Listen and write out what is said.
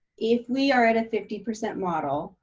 if we are at a fifty percent model,